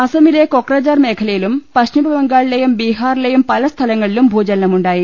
അസമിലെ കൊക്രജാർ മേഖല യിലും പശ്ചിമബംഗാളിലെയും ബീഹാറിലെയും പലസ്ഥലങ്ങളിലും ഭൂചലനം ഉണ്ടായി